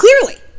Clearly